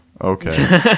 Okay